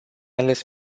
ales